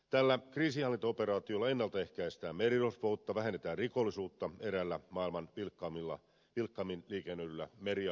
tällä kriisinhallintaoperaatiolla ennaltaehkäistään merirosvoutta vähennetään rikollisuutta eräällä maailman vilkkaimmin liikennöidyllä merialueella